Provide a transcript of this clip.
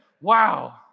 Wow